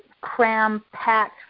cram-packed